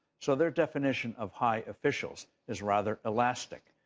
so their definition of high eofficials is rather elastic.